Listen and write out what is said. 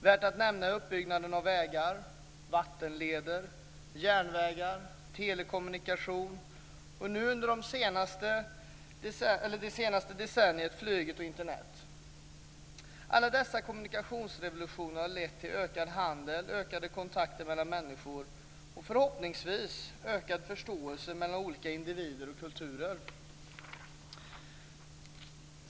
Värt att nämna är uppbyggnaden av vägar, vattenleder, järnvägar, telekommunikation, flyget och nu, under det senaste decenniet, Internet. Alla dessa kommunikationsrevolutioner har lett till ökad handel, ökade kontakter mellan människor och - förhoppningsvis - ökad förståelse mellan olika individer och kulturer.